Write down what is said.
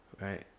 right